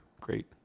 great